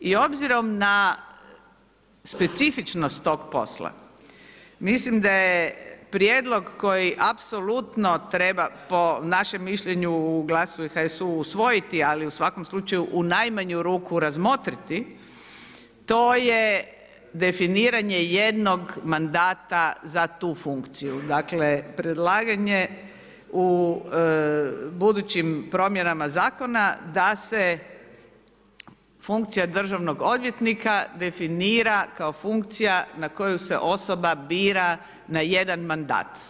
I obzirom na specifičnost tog posla, mislim da je prijedlog koji apsolutno treba po našem mišljenju u GLAS-u i HSU usvojiti, ali u svakom slučaju u najmanju ruku razmotriti, to je definiranje jednog mandata za tu funkciju, dakle, predlaganje u budućim promjenama zakona, da se funkcija Državnog odvjetnika, definira kao funkcija, na koju se osoba bira na jedan mandat.